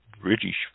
British